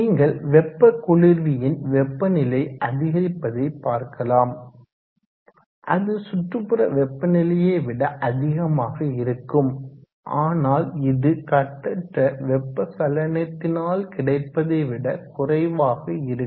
நீங்கள் வெப்ப குளிர்வியின் வெப்பநிலை அதிகரிப்பதை பார்க்கலாம் அது சுற்றுப்புற வெப்பநிலையை விட அதிகமாக இருக்கும் ஆனால் இது கட்டற்ற வெப்ப சலனத்தினால் கிடைப்பதை விட குறைவாக இருக்கும்